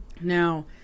Now